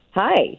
hi